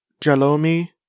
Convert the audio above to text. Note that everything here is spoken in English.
Jalomi